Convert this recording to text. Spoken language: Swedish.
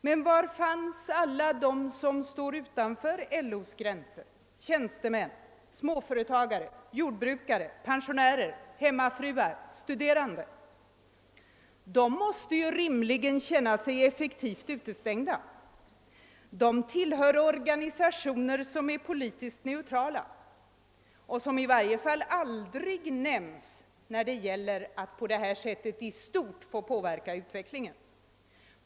Men var fanns alla de som står utanför LO:s gränser: tjänstemän, småföretagare, jordbrukare, pensionärer, hemmafruar, studerande? De måste ju rimligen känna sig effektivt utestängda. De tillhör organisationer som är politiskt neutrala och som i varje fall aldrig nämns när det gäller att på det sättet i stort få påverka utvecklingen.